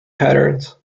patterns